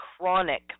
chronic